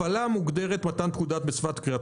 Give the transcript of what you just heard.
הפעלה מוגדרת כמתן פקודה בשפת קריאת